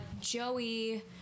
Joey